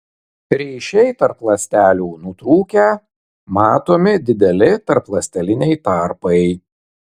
ryšiai tarp ląstelių nutrūkę matomi dideli tarpląsteliniai tarpai